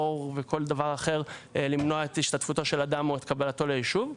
עור וכל דבר אחר למנוע את השתתפותו של אדם או את קבלתו ליישוב.